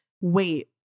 wait